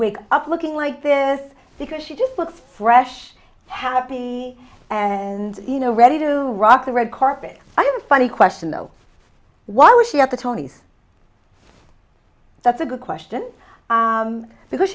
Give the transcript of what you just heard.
wake up looking like this because she just looks fresh happy and you know ready to rock the red carpet i'm funny question though why would she have to tony's that's a good question because